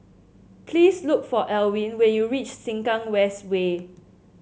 please look for Alwin when you reach Sengkang West Way